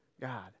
God